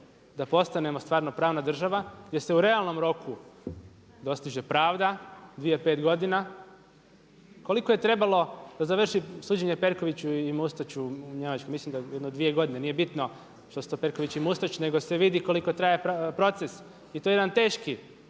da postanemo stvarno prava država gdje se u realnom roku dostiže pravda, dvije, pet godina. Koliko je trebalo da završi suđenje Perkoviću i Mustaču u Njemačkoj? Mislim da jedno dvije godine, nije bitno što su to Perković i Mustač, nego se vidi kliko traje proces i to jedan teški